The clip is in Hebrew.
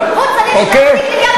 אוקיי?